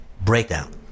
breakdown